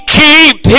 keep